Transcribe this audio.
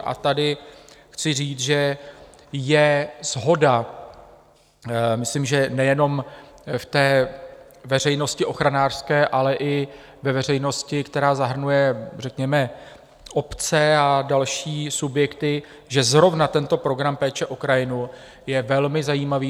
A tady chci říct, že je shoda, myslím, že nejenom ve veřejnosti ochranářské, ale i ve veřejnosti, která zahrnuje řekněme obce a další subjekty, že zrovna tento program péče o krajinu je velmi zajímavý.